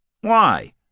Why